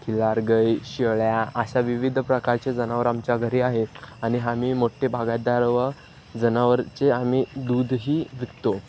खिलार गाय शेळ्या अशा विविध प्रकारचे जनावरं आमच्या घरी आहेत आणि आम्ही मोठे बागायतदार व जनावराचे आम्ही दूधही विकतो